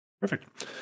Perfect